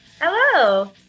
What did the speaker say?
Hello